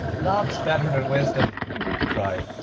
love is better than wisdom he cried,